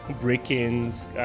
break-ins